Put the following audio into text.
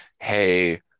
hey